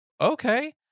okay